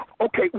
Okay